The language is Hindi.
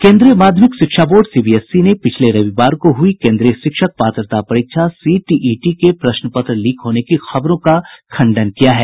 केंद्रीय माध्यमिक शिक्षा बोर्ड सीबीएसई ने पिछले रविवार को हुई केन्द्रीय शिक्षक पात्रता परीक्षा सीटीईटी के प्रश्नपत्र लीक होने की खबरों का खंडन किया है